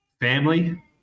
family